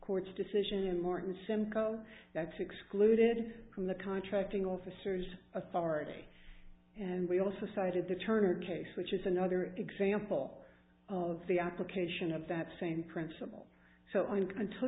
court's decision in more than simcoe that's excluded from the contracting officers authority and we also cited the charter case which is another example of the application of that same principle so i can tell